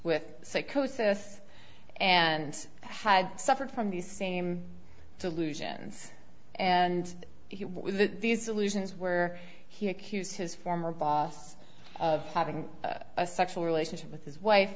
with psychosis and had suffered from the same solution and he with these delusions where he accused his former boss of having a sexual relationship with his wife